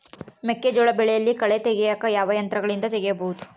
ಮೆಕ್ಕೆಜೋಳ ಬೆಳೆಯಲ್ಲಿ ಕಳೆ ತೆಗಿಯಾಕ ಯಾವ ಯಂತ್ರಗಳಿಂದ ತೆಗಿಬಹುದು?